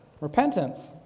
repentance